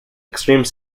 extreme